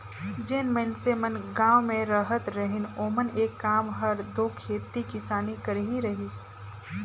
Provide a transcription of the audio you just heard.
जेन मइनसे मन गाँव में रहत रहिन ओमन कर काम हर दो खेती किसानी कर ही रहिस